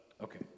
Okay